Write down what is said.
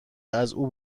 ازاو